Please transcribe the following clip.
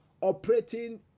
operating